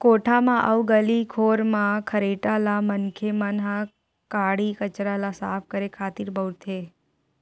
कोठा म अउ गली खोर म खरेटा ल मनखे मन ह काड़ी कचरा ल साफ करे खातिर बउरथे